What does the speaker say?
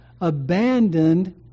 abandoned